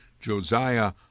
Josiah